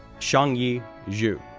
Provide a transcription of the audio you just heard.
shangyi zhu,